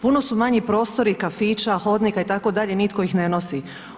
Puno su manji prostori kafića, hodnika itd., nitko ih ne nosi.